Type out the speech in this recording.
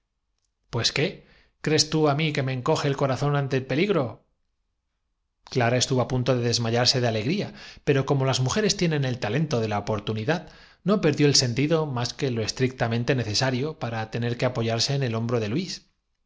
pues qué crees tú que á mí ze me encoge el la salud del estado comienza corazón ante el peligro el sacrificio por la emperatriz clara estuvo á punto de desmayarse de alegría pero rebelde y por los encubiertos como las mujeres tienen el talento de la oportunidad partidarios de los gorros ama no perdió el sentido más que lo extrictamente necesa rillos rio para tener que apoyarse en el hombro de luís